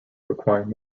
requiring